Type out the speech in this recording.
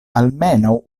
almenaŭ